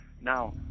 Now